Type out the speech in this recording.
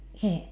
okay